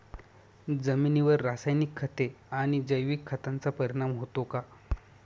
जमिनीवर रासायनिक खते आणि जैविक खतांचा परिणाम होतो का?